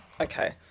okay